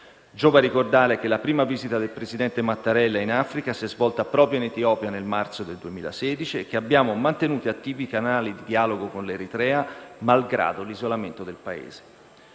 Giova ricordare che la prima visita del presidente Mattarella in Africa si è svolta proprio in Etiopia nel marzo 2016 e che abbiamo mantenuto attivi i canali di dialogo con l'Eritrea, malgrado l'isolamento del Paese.